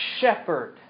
shepherd